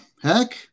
heck